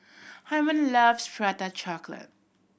Hymen loves Prata Chocolate